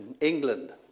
England